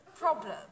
problem